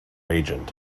agent